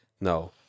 No